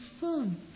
fun